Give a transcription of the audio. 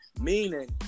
Meaning